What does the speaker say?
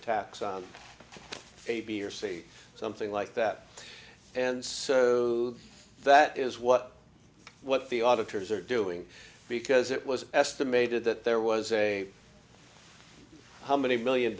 tax on a b or c or something like that and so that is what what the auditors are doing because it was estimated that there was a how many million